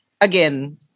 again